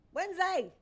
Wednesday